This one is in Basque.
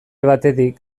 batetik